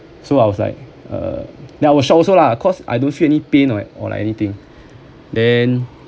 so I was like uh then I was shocked also lah cause I don't feel any pain or or like anything then